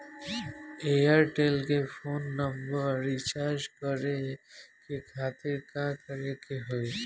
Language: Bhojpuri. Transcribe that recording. एयरटेल के फोन नंबर रीचार्ज करे के खातिर का करे के होई?